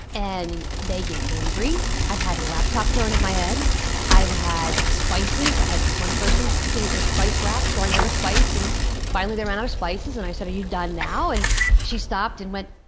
and they get angry i've had a laptop thrown at my head i've had spices. i had one person picking at their spice rack, throwing every spice, and finally they ran out of spices and i said, are you done now? she stopped and went,